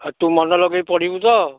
ହଁ ତୁ ମନ ଲେଗେଇ ପଢ଼ିବୁ ତ